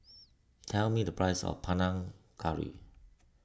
tell me the price of Panang Curry